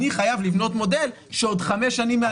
אני חייב לבנות מודל שבעוד חמש שנים מהיום